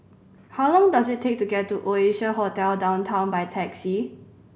how long does it take to get to Oasia Hotel Downtown by taxi